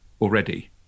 already